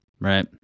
Right